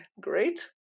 great